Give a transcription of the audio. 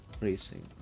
racing